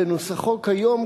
בנוסחו כיום,